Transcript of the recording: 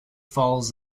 follows